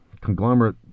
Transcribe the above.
conglomerate